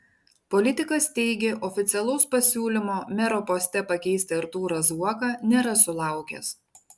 politikas teigė oficialaus pasiūlymo mero poste pakeisti artūrą zuoką nėra sulaukęs